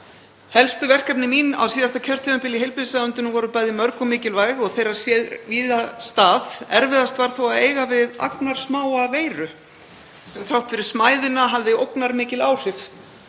Helstu verkefni mín á síðasta kjörtímabili í heilbrigðisráðuneytinu voru bæði mörg og mikilvæg og þeirra sér víða stað. Erfiðast var þó að eiga við agnarsmáa veiru sem þrátt fyrir smæðina hafði ógnarmikil áhrif.